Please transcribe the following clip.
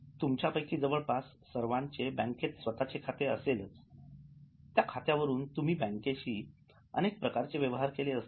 तुमच्यापैकी जवळपास सर्वांचे बँकेत स्वतःचे खाते असेलत्या खात्यावरून तुम्ही बँकेशी अनेक प्रकारचे व्यवहार केले असतील